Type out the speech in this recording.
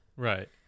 Right